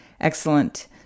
Excellent